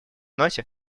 ноте